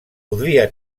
podria